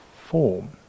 form